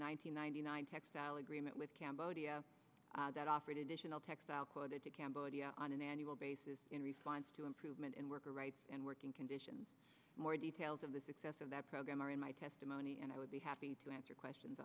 hundred ninety nine textile agreement with cambodia that offered additional textile quoted to cambodia on an annual basis in response to improvement in worker rights and working conditions more details of the success of that program are in my testimony and i would be happy to answer questions